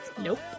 Nope